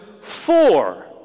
four